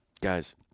guys